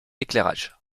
éclairage